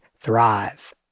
thrive